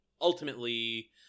ultimately